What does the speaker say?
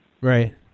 Right